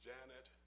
Janet